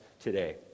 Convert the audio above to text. today